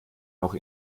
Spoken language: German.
noch